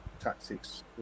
Tactics